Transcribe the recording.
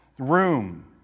room